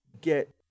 get